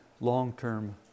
long-term